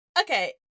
okay